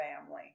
family